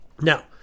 Now